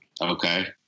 Okay